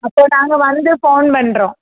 அப்போது நாங்கள் வந்து ஃபோன் பண்ணுறோம்